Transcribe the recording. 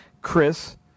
Chris